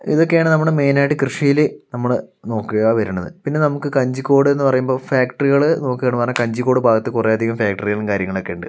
ഇതൊക്കെയാണ് നമ്മുടെ മെയിനായിട്ട് കൃഷിയിൽ നമ്മൾ നോക്കിയാൽ വരണത് പിന്നെ നമുക്ക് കഞ്ചിക്കോട് എന്ന് പറയുമ്പോൾ ഫാക്ടറികൾ നോക്കുകയാണ് പറഞ്ഞാൽ കഞ്ചിക്കോട് ഭാഗത്ത് കുറേ അധികം ഫാക്ടറികളും കാര്യങ്ങളൊക്കെ ഉണ്ട്